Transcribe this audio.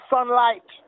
Sunlight